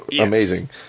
Amazing